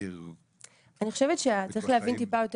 שצעיר --- אני חושבת שצריך להבין טיפה יותר,